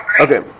Okay